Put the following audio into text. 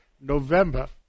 November